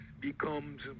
becomes